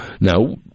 Now